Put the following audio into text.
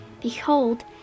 Behold